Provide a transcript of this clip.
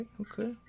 okay